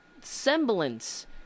semblance